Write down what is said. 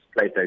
PlayStation